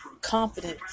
confidence